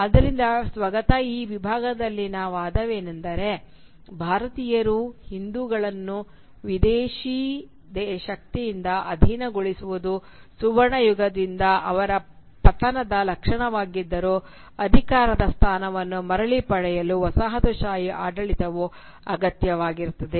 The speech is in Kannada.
ಆದ್ದರಿಂದ ಸ್ವಗತದ ಈ ವಿಭಾಗದಲ್ಲಿನ ವಾದವೆಂದರೆ ಭಾರತೀಯರು ಹಿಂದೂಗಳನ್ನು ವಿದೇಶಿ ಶಕ್ತಿಯಿಂದ ಅಧೀನಗೊಳಿಸುವುದು ಸುವರ್ಣಯುಗದಿಂದ ಅವರ ಪತನದ ಲಕ್ಷಣವಾಗಿದ್ದರೂ ಅಧಿಕಾರದ ಸ್ಥಾನವನ್ನು ಮರಳಿ ಪಡೆಯಲು ವಸಾಹತುಶಾಹಿ ಆಡಳಿತವು ಅಗತ್ಯವಾಗಿರುತ್ತದೆ